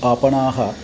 आपणाः